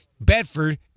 Bedford